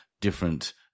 different